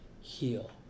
Heal